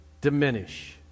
diminish